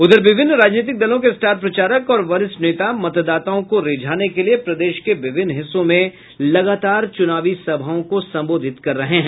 उधर विभिन्न राजनीतिक दलों के स्टार प्रचारक और वरिष्ठ नेता मतदाताओं को रिझाने के लिये प्रदेश के विभिन्न हिस्सों में लगातार चुनाव सभा को संबोधित कर रहे हैं